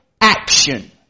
action